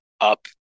up